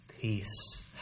peace